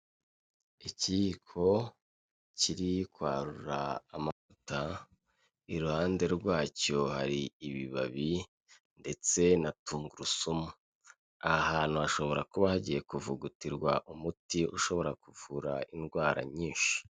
Ikiyiko kiri kwarura amavuta, iruhande rwacyo hari ibibabi ndetse na tungurusumu, aha hantu hashobora kuba hagiye kuvugutirwa umuti ushobora kuvura indwara nyinshi.